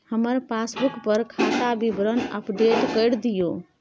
हमर पासबुक पर खाता विवरण अपडेट कर दियो